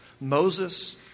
Moses